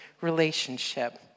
relationship